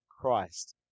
Christ